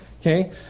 Okay